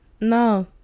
no